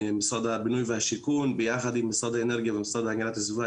משרד הבינוי והשיכון ביחד עם משרד האנרגיה והמשרד להגנת הסביבה,